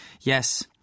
Yes